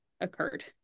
occurred